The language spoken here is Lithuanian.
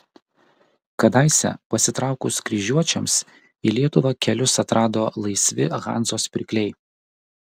kadaise pasitraukus kryžiuočiams į lietuvą kelius atrado laisvi hanzos pirkliai